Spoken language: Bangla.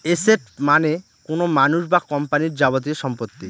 এসেট মানে কোনো মানুষ বা কোম্পানির যাবতীয় সম্পত্তি